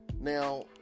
Now